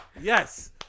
Yes